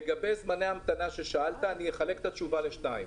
זמני המתנה לטסט: אני אחלק את התשובה לשתיים,